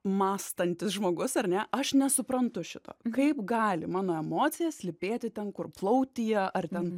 mąstantis žmogus ar ne aš nesuprantu šito kaip gali mano emocija slypėti ten kur plautyje ar ten